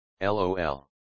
lol